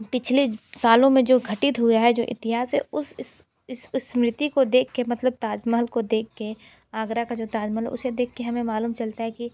पिछले सालों में जो घटित हुआ है जो इतिहास है उस इस इस स्मृति को देख के मतलब ताज महल को देख के आगरा का जो ताज महल है उसे देख के हमें मालूम चलता है कि